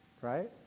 right